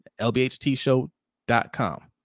lbhtshow.com